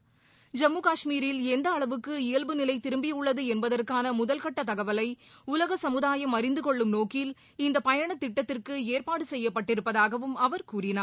ஐம்முகாஷ்மீரில் இயல்பு எந்தஅளவுக்கு நிலைதிரும்பியுள்ளதுஎன்பதற்கானமுதல்கட்டதகவலைஉலகசமுதாயம் அறிந்துகொள்ளும் நோக்கில் இந்தபயணதிட்டத்திற்குஏற்பாடுசெய்யப்பட்டிருப்பதாகவும் அவர் கூறினார்